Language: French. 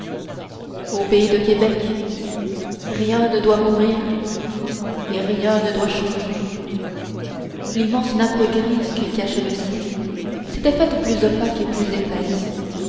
au pays de québec rien ne doit mourir et rien ne doit changer l'immense nappe grise qui cachait le ciel s'était faite plus opaque et plus épaisse